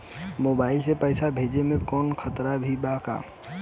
Mobile से पैसा भेजे मे कौनों खतरा भी बा का?